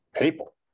People